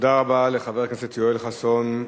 תודה רבה לחבר הכנסת יואל חסון.